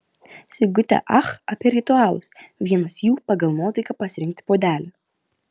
sigutė ach apie ritualus vienas jų pagal nuotaiką pasirinkti puodelį